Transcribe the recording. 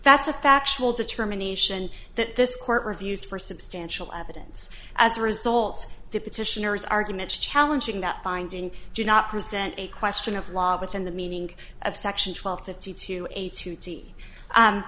that's a factual determination that this court refused for substantial evidence as a result to petitioners arguments challenging that finding do not present a question of law within the meaning of section twelve fifty two a to